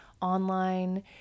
online